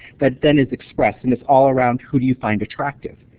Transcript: but then it's expressed and it's all around who do you find attractive.